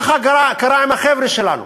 ככה קרה עם החבר'ה שלנו.